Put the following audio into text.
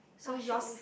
so yours